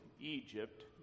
Egypt